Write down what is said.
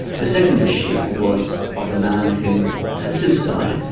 the second issue was of a man who has since died,